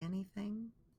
anything